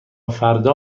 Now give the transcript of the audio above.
فردا